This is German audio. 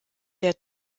der